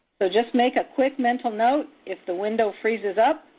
so just make a quick mental note, if the window freezes up,